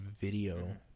video